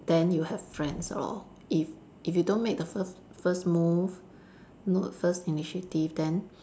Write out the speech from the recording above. then you have friends lor if if you don't make the first first move n~ first initiative then